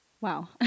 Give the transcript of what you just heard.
wow